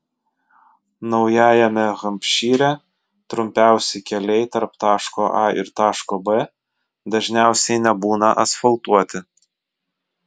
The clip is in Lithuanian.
naujajame hampšyre trumpiausi keliai tarp taško a ir taško b dažniausiai nebūna asfaltuoti